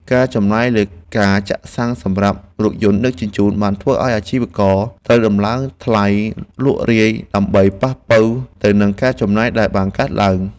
ការចំណាយលើការចាក់សាំងសម្រាប់រថយន្តដឹកជញ្ជូនបានធ្វើឱ្យអាជីវករត្រូវដំឡើងថ្លៃលក់រាយ ដើម្បីប៉ះប៉ូវទៅនឹងការចំណាយដែលបានកើនឡើង។